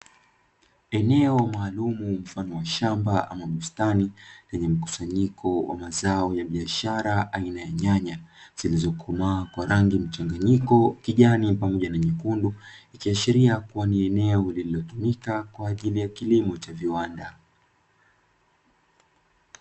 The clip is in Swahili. Eneo maalumu mfano wa shamba ama bustani, lenye mkusanyiko wa mazao ya biashara aina ya nyanya, zilizokomaa kwa rangi mchanganyiko kijani pamoja na nyekundu, ikiashiria kuwa ni eneo lililotumika kwa ajili ya kilimo cha viwanda.